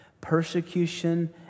persecution